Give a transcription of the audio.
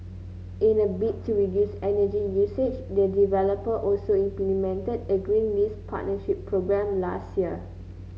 in a bid to reduce energy usage the developer also implemented a green lease partnership programme last year